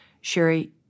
Sherry